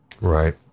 Right